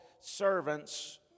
servants